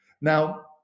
Now